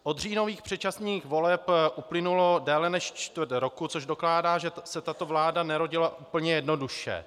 Od říjnových předčasných voleb uplynulo déle než čtvrt roku, což dokládá, že se tato vláda nerodila úplně jednoduše.